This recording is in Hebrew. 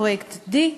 פרויקט D,